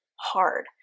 hard